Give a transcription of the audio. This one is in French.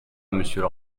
monsieur